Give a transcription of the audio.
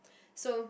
so